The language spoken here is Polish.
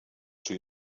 czy